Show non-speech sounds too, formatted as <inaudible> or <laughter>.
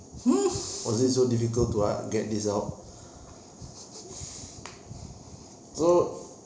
<laughs>